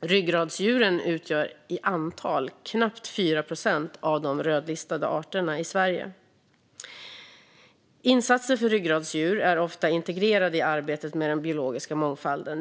Ryggradsdjuren utgör i antal knappt 4 procent av de rödlistade arterna i Sverige. Insatser för ryggradsdjur är ofta integrerade i arbetet med den biologiska mångfalden.